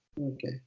Okay